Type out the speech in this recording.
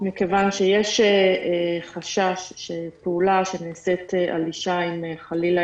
כיוון שיש חשש שפעולה שנעשית על אישה אם חלילה